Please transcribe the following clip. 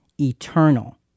eternal